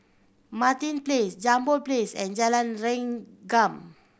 Martin Place Jambol Place and Jalan Rengkam